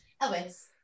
Elvis